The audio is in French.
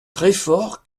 treffort